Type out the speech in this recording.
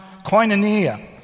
koinonia